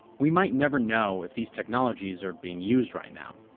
we might never know if these technologies are being used right now,